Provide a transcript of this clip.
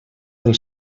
del